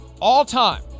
all-time